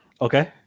Okay